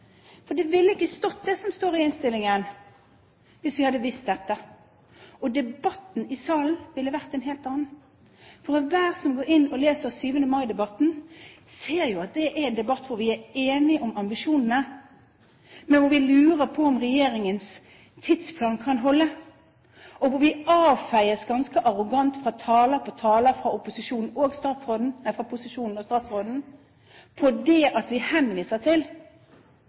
Det ville ikke ha stått, det som står i innstillingen, hvis vi hadde visst dette, og debatten i salen ville vært en helt annen. Enhver som leser 7. mai-debatten fra i fjor, ser jo at det er en debatt der vi en enige om ambisjonene, men hvor vi lurer på om regjeringens tidsplan kan holde. Og vi avfeies ganske arrogant av taler etter taler fra posisjonen og statsråden når vi henviser til at Statoils masterplan faktisk sier at dette ikke går. Når vi